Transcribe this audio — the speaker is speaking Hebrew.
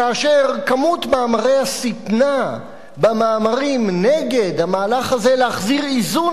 כאשר כמות מאמרי השטנה במאמרים נגד המהלך הזה להחזיר איזון